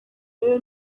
rero